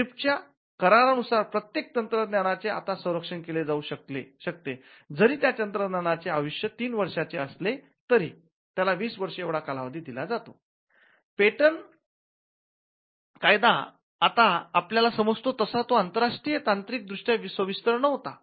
ट्रिप्सच्या करारानुसार प्रत्येक तंत्रज्ञानाचे आता संरक्षण केले जाऊ शकते जरी एखाद्या तंत्रज्ञानाचे आयुष्य तीन वर्षाचे असले तरी त्याला वीस वर्षे एवढा कालावधी दिला जातो पेटंट कायदा आता आपल्याला समजतो तसा तो आंतरराष्ट्रीय तांत्रिक दृष्ट्या सविस्तर नव्हता